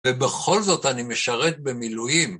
ובכל זאת אני משרת במילואים.